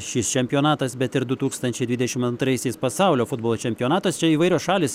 šis čempionatas bet ir du tūkstančiai dvidešim antraisiais pasaulio futbolo čempionatas čia įvairios šalys